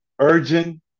urgent